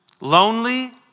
Lonely